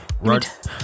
Right